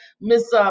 Miss